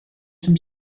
some